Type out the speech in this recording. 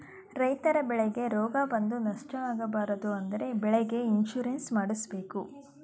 ರೈತರ ಬೆಳೆಗೆ ರೋಗ ಬಂದು ನಷ್ಟ ಆಗಬಾರದು ಅಂದ್ರೆ ಬೆಳೆಗೆ ಇನ್ಸೂರೆನ್ಸ್ ಮಾಡ್ದಸ್ಸಬೇಕು